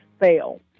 fail